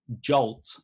Jolt